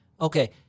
Okay